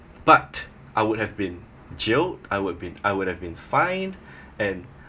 but I would have been jailed I would be I would have been fined and